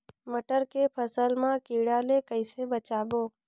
मटर के फसल मा कीड़ा ले कइसे बचाबो?